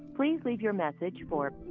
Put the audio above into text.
please leave your message for,